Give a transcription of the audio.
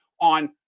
on